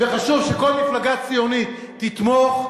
וחשוב שכל מפלגה ציונית תתמוך.